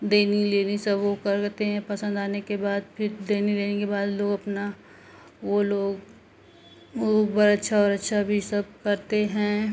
देनी लेनी सब वो करते हैं पसंद आने के बाद फिर देनी लेनी के बाद लोग अपना वो लोग वो बरईछा ओरीछा भी सब करते हैं